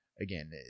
again